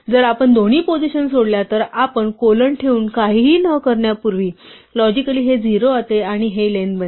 जर आपण दोन्ही पोझिशन सोडल्या तर आपण कोलन ठेऊन काहीही न करण्यापूर्वी लॉजिकली हे 0 होते आणि ही लेंग्थ बनते